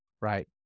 right